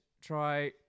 try